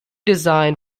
design